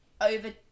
over